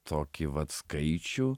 tokį vat skaičių